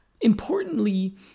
importantly